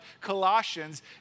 Colossians